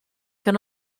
can